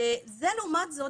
לעומת זאת,